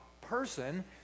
person